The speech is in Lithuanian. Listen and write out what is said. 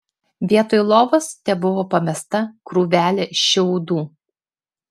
vietoj lovos tebuvo pamesta krūvelė šiaudų